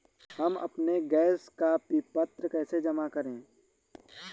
हम अपने गैस का विपत्र कैसे जमा करें?